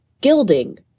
gilding